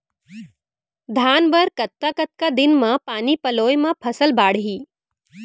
धान बर कतका कतका दिन म पानी पलोय म फसल बाड़ही?